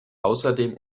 außerdem